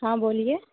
हाँ बोलिए